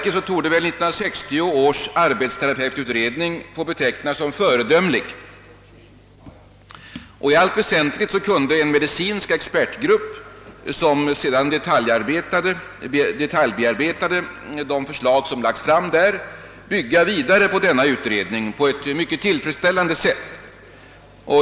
1960 års arbetsterapeututredning torde få betecknas som föredömlig, och i allt väsentligt kunde en medicinsk expertgrupp, som detaljbearbetade de framlagda förslagen, bygga vidare på denna utredning på ett mycket tillfredsställande sätt.